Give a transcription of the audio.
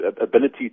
ability